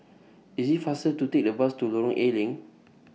IT IS faster to Take The Bus to Lorong A Leng